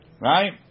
right